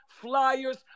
flyers